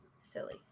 silly